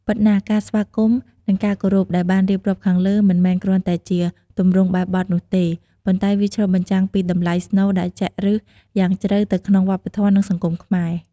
ពិតណាស់ ការស្វាគមន៍ និងការគោរព ដែលបានរៀបរាប់ខាងលើមិនមែនគ្រាន់តែជា ទម្រង់បែបបទនោះទេ ប៉ុន្តែវាឆ្លុះបញ្ចាំងពីតម្លៃស្នូលដែលចាក់ឫសយ៉ាងជ្រៅទៅក្នុងវប្បធម៌ និងសង្គមខ្មែរ។